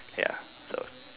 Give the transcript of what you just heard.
ya so